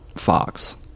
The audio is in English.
Fox